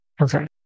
Okay